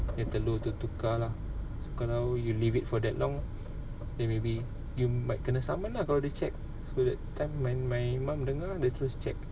telur to tukar lah so kalau you leave it for that long then maybe you might kena summon lah kalau dia check so that time my my mum dengar dia terus check